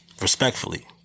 respectfully